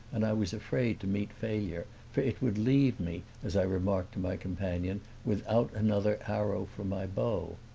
and i was afraid to meet failure, for it would leave me, as i remarked to my companion, without another arrow for my bow.